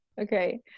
Okay